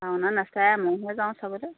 ভাওনা নাচায় মইহে যাওঁ চাবলৈ